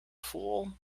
fool